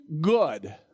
good